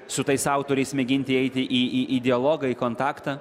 su tais autoriais mėginti eiti į į į dialogą į kontaktą